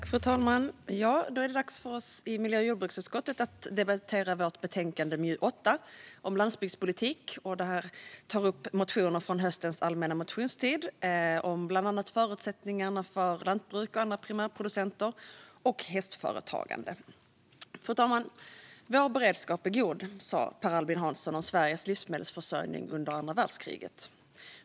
Fru talman! Då är det dags för oss i miljö och jordbruksutskottet att debattera vårt betänkande MJU8 om landsbygdspolitik. I betänkandet tas motioner från höstens allmänna motionstid upp, bland annat om förutsättningarna för lantbruk och andra primärproducenter samt hästföretagande. Fru talman! Vår beredskap är god, sa Per Albin Hansson om Sveriges livsmedelsförsörjning under andra världskriget.